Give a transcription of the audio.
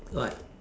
like